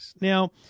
now